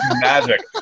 Magic